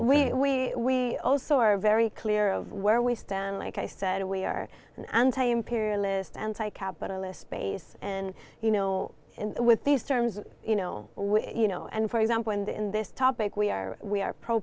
a we also are very clear of where we stand like i said we are an anti imperialist anti capitalist space and you know with these terms you know you know and for example in this topic we are we are pro